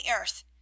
earth